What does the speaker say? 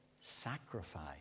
sacrifice